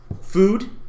food